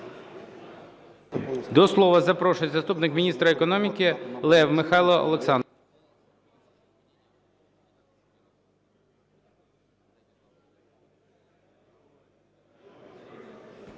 До слова запрошується заступник міністра економіки Лев Михайло Олександрович.